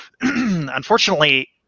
unfortunately